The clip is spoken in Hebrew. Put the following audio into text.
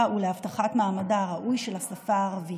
ולהבטחת מעמדה הראוי של השפה הערבית.